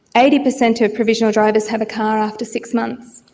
eighty percent of provisional drivers have a car after six months.